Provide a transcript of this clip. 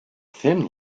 thin